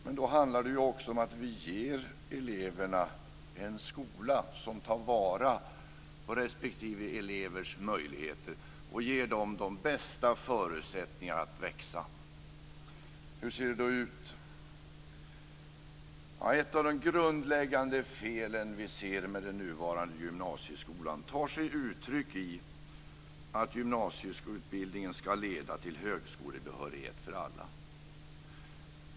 Men då handlar det också om att vi ger eleverna en skola som tar vara på respektive elevs möjligheter och ger honom eller henne de bästa förutsättningarna att växa. Hur ser det då ut? Ett av de grundläggande felen vi ser med den nuvarande gymnasieskolan tar sig uttryck i att gymnasieutbildningen ska leda till högskolebehörighet för alla.